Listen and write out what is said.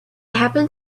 happen